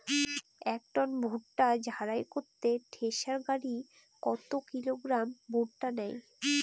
এক টন ভুট্টা ঝাড়াই করতে থেসার গাড়ী কত কিলোগ্রাম ভুট্টা নেয়?